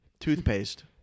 Toothpaste